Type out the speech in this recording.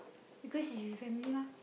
because it's with family mah